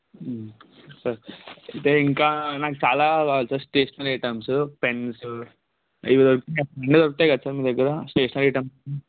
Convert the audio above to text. sir అంటే ఇంకా నాకు చాలా స్టేషనరీ ఐటమ్స్ పెన్స్ ఇవి దొరుకుతాయా అన్ని దొరుకుతాయి కదా సార్ మీ దగ్గర స్టేషనరీ ఐటమ్